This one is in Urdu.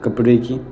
کپڑے کی